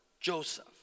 Joseph